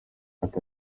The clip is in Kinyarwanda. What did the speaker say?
ati